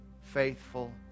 faithful